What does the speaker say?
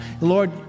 Lord